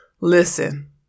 Listen